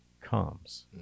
comes